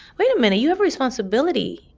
wait a minute you have responsibility,